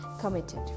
committed